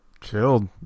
chilled